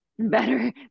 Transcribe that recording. better